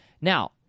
Now